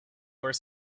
were